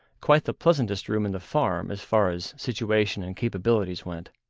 quite the pleasantest room in the farm as far as situation and capabilities went.